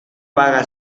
vaga